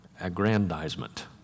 aggrandizement